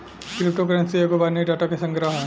crypto currency एगो binary data के संग्रह ह